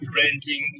renting